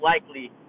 likely